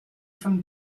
from